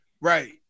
Right